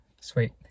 Sweet